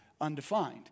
undefined